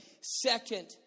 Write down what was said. Second